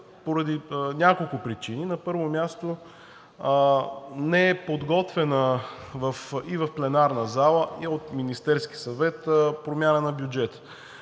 поради няколко причини. На първо място, не е подготвена – и в пленарната зала, и от Министерския съвет, промяна на бюджета.